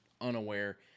unaware